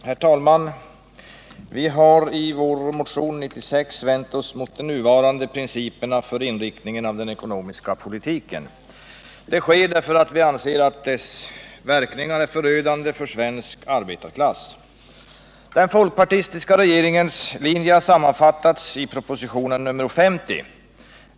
Herr talman! Vi har i vår motion 1978/79:96 vänt oss mot de nuvarande principerna för inriktningen av den ekonomiska politiken. Det har vi gjort därför att vi anser att dess verkningar är förödande för svensk arbetarklass. Den folkpartistiska regeringens linje har sammanfattats i propositionen nr 50.